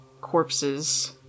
corpses